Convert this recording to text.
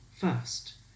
first